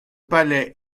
palais